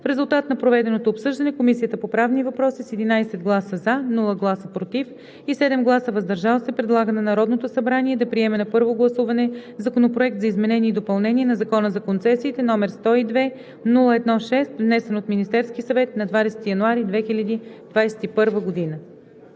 В резултат на проведеното обсъждане Комисията по правни въпроси, с 11 гласа „за“, без гласове „против“ и 7 гласа „въздържал се“, предлага на Народното събрание да приеме на първо гласуване Законопроект за изменение и допълнение на Закона за концесиите, № 102-01-6, внесен от Министерския съвет на 20 януари 2021 г.“